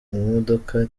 imodoka